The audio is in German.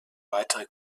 weitere